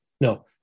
No